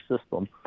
system